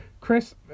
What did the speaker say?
chris